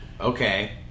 Okay